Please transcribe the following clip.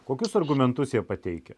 kokius argumentus jie pateikia